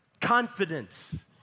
confidence